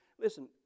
Listen